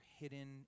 hidden